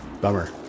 bummer